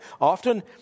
often